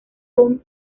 con